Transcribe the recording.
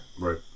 Right